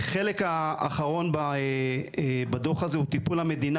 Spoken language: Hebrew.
החלק האחרון בדו"ח הזה הוא טיפול המדינה